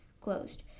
Closed